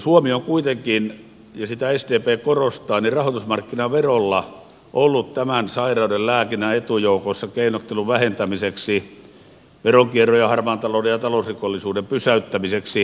suomi on kuitenkin ja sitä sdp korostaa rahoitusmarkkinaverolla ollut tämän sairauden lääkinnän etujoukoissa keinottelun vähentämiseksi veronkierron ja harmaan talouden ja talousrikollisuuden pysäyttämiseksi